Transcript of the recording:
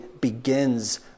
begins